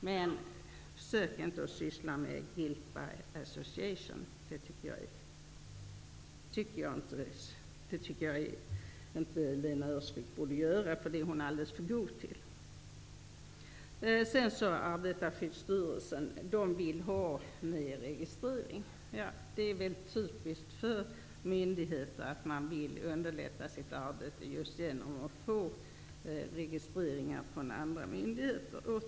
Men försök inte att använda ''guilt by association''. Det skall Lena Öhrsvik inte göra, för det är hon alldeles för god till. Arbetarskyddsstyrelsen vill ha mer registrering. Det är typiskt för myndigheter att man vill underlätta sitt arbete genom att få registreringar från andra myndigheter.